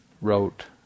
wrote